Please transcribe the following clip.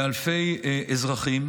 לאלפי אזרחים,